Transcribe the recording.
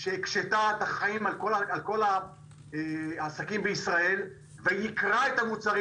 שהקשתה על החיים של כל העסקים בישראל ויקרה את המוצרים